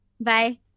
Bye